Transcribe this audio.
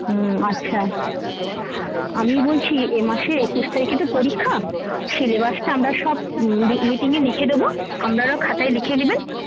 হুম আচ্ছা আমি বলছি এ মাসে একুশ তারিখে তো পরীক্ষা সিলেবাসটা আমরা সব মিটিংয়ে লিখে দেব আপনারাও খাতায় লিখে নেবেন